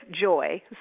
joy